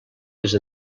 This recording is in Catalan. les